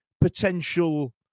potential